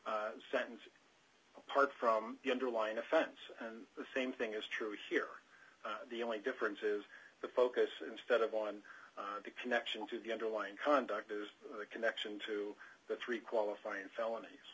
sentence apart from the underlying offense the same thing is true here the only difference is the focus instead of on the connection to the underlying conduct is the connection to the three qualifying felonies